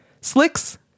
Slicks